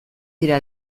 dira